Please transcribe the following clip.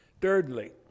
Thirdly